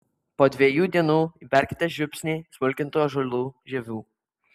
po dviejų dienų įberkite žiupsnį smulkintų ąžuolų žievių